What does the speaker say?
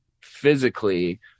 physically